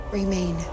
remain